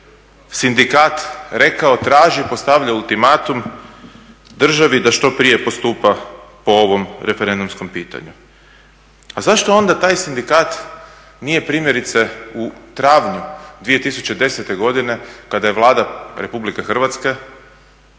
sindikat rekao, traži, postavlja ultimatum državi da što prije postupa po ovom referendumskom pitanju. Pa zašto onda taj sindikat nije primjerice u travnju 2010.godine kada je Vlada Republike Hrvatske,